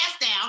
down